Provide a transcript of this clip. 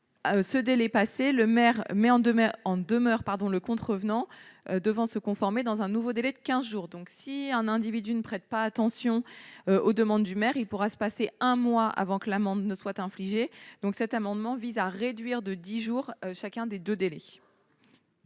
ce délai passé, le maire met en demeure le contrevenant qui doit se conformer dans un nouveau délai de quinze jours. Ainsi, si un individu ne prête pas attention aux demandes du maire, il pourra se passer un mois avant que l'amende ne lui soit infligée. Cet amendement vise donc à réduire chacun de ces deux délais